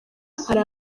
hari